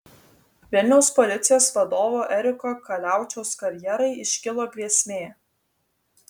vilniaus policijos vadovo eriko kaliačiaus karjerai iškilo grėsmė